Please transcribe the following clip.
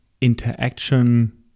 interaction